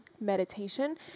meditation